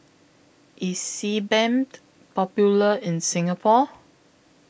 IS Sebamed Popular in Singapore